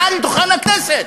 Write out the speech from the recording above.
מעל דוכן הכנסת.